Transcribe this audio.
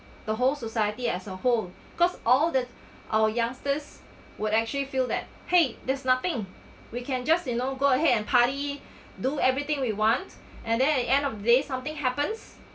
the whole society as a whole 'cause all that our youngsters would actually feel that !hey! there's nothing we can just you know go ahead and party do everything we want and then at end of the day something happens